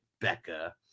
Becca